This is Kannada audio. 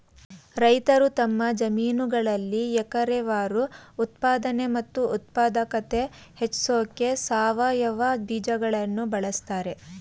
ರೈತರು ತಮ್ಮ ಜಮೀನುಗಳಲ್ಲಿ ಎಕರೆವಾರು ಉತ್ಪಾದನೆ ಮತ್ತು ಉತ್ಪಾದಕತೆ ಹೆಚ್ಸೋಕೆ ಸಾವಯವ ಬೀಜಗಳನ್ನು ಬಳಸ್ತಾರೆ